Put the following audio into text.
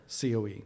COE